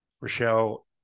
Rochelle